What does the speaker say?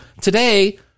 today